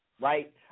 right